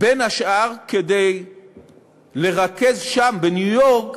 בין השאר כדי לרכז שם, בניו-יורק,